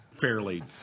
fairly